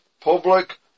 public